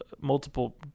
multiple